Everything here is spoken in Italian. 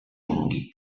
lunghi